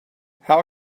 how